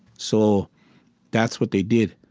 so that's what they did.